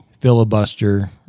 filibuster